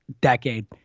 decade